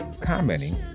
commenting